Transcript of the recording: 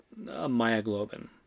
myoglobin